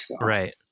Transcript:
right